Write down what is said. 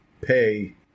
pay